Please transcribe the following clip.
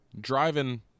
driving